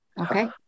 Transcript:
Okay